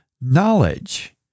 knowledge